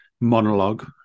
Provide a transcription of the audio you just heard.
monologue